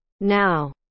Now